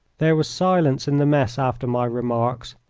there was silence in the mess after my remarks,